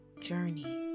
journey